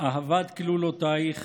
אהבת כלולֹתָיך